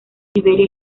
siberia